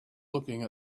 looking